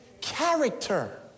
character